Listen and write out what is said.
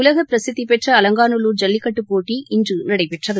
உலக பிரசித்திபெற்ற அலங்காநல்லூர் ஜல்லிக்கட்டுப் போட்டி இன்று நடைபெற்றது